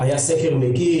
היה סקר מקיף,